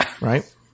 right